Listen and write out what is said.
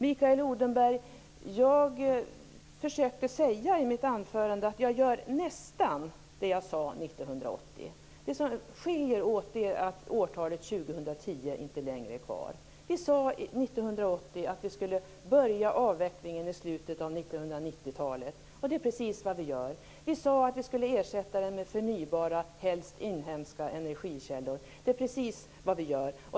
Jag försökte, Mikael Odenberg, säga i mitt anförande att jag gör nästan det jag sade 1980. Det som skiljer är att årtalet 2010 inte längre är med. Vi sade 1980 att vi skulle börja avvecklingen i slutet av 1990 talet. Det är precis vad vi gör. Vi sade att vi skulle ersätta kärnkraften med förnybara, helst inhemska, energikällor. Det är precis vad vi gör.